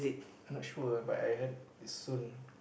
not sure but I heard is soon